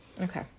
Okay